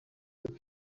the